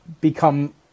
become